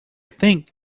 think